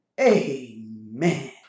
Amen